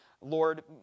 Lord